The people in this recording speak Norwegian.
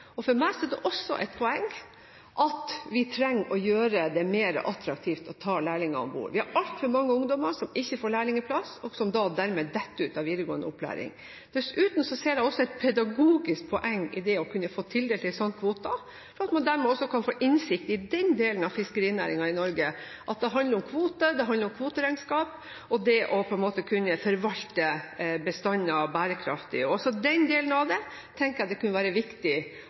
bord. For meg er det også et poeng at vi trenger å gjøre det mer attraktivt å ta lærlinger om bord. Vi har altfor mange ungdommer som ikke får lærlingeplass, og som dermed detter ut av videregående opplæring. Dessuten ser jeg også et pedagogisk poeng i det å få tildelt en sånn kvote, ved at man dermed også kan få innsikt i den delen av fiskerinæringen i Norge: Det handler om kvoter, kvoteregnskap og det å kunne forvalte bestander bærekraftig. Også den delen av det tenker jeg at det kan være viktig